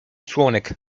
członek